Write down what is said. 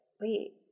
wait